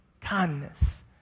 kindness